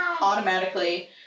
automatically